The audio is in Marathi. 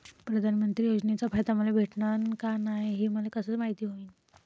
प्रधानमंत्री योजनेचा फायदा मले भेटनं का नाय, हे मले कस मायती होईन?